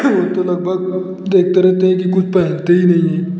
वो तो लगभग देखते रहते हैं कि कुछ पहनते ही नहीं हैं